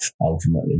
ultimately